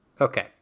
Okay